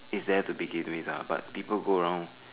there to begin with ah but people go around